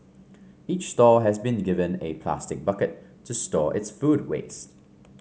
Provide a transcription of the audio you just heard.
each stall has been given a plastic bucket to store its food waste